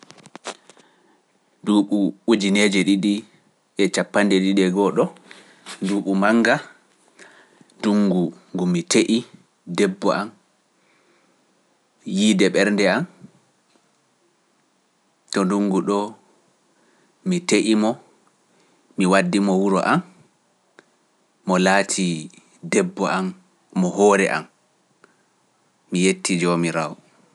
Nduuɓu ujineeje ɗiɗi e capande ɗiɗe goo ɗo, nduuɓu mannga, nduŋngu ngu mi te’i debbo am, yiide ɓernde am, to nduŋngu ɗo mi te’i mo, mi waddi mo wuro am, mo laatii debbo am, mo hoore am, mi yettii Joomiraawo.